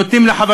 איננו.